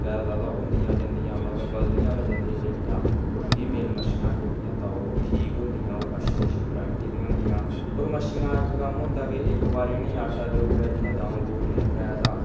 पैदा ते ज्यादा होन्दियां जन्दियां मतलब बधदियां गै जन्दियां जेह्ड़ियां होर फीमेल मच्छियां न जेह्कियां तां ओह् ठीक होंदियां होर अच्छी अच्छी वेरयिटी दियां होन्दियां होर मच्छियां इक कम्म होंदा कि इक बारी इ'नेंगी आटा देई ओडे़या जियां द'ऊं बोरियां त्रै तां